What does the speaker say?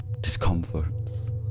discomforts